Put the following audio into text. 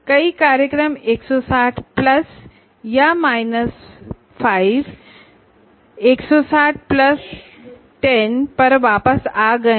कई कार्यक्रम 160 प्लस या माइनस 5से 160 प्लस 10 पर आ गए हैं